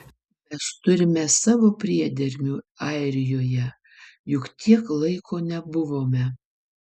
mes turime savų priedermių airijoje juk tiek laiko nebuvome